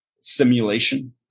simulation